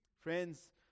Friends